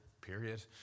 period